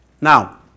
Now